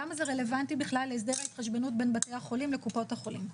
למה זה רלוונטי בכלל להסדר ההתחשבנות בין בתי החולים לקופות החולים.